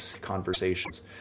conversations